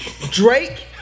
Drake